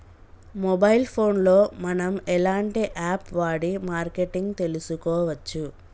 Mobile phone లో మనం ఎలాంటి యాప్ వాడి మార్కెటింగ్ తెలుసుకోవచ్చు?